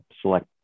select